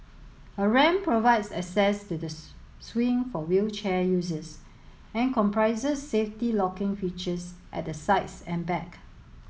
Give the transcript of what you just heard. a ramp provides access to the swing for wheelchair users and comprises safety locking features at the sides and back